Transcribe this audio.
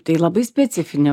tai labai specifinė